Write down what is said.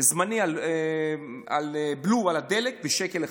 זמני של הבלו על הדלק ב-1 שקל.